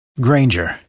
Granger